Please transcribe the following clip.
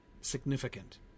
significant